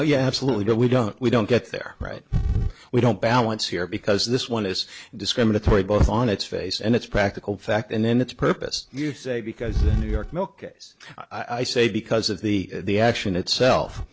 oh yeah absolutely no we don't we don't get there right we don't balance here because this one is discriminatory both on its face and its practical fact and then its purpose you say because new york no case i say because of the action itself